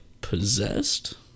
possessed